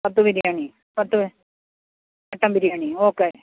പത്ത് ബിരിയാണി പത്ത് mutton biryani okay